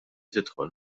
tidħol